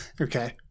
Okay